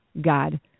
God